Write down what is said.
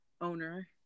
owner